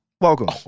Welcome